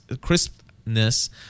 crispness